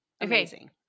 amazing